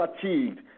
fatigued